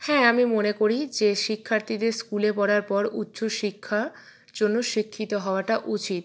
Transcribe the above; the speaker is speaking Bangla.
হ্যাঁ আমি মনে করি যে শিক্ষার্থীদের স্কুলে পড়ার পর উচ্চশিক্ষার জন্য শিক্ষিত হওয়াটা উচিত